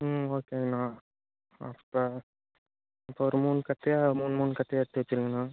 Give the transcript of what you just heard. ம் ஓகேங்கண்ணா அப்போ இப்போ ஒரு மூணு கத்தையா மூணு மூணு கத்தையா எடுத்து வைச்சிருங்கண்ணா